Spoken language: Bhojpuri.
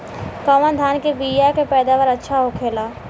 कवन धान के बीया के पैदावार अच्छा होखेला?